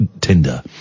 Tinder